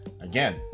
Again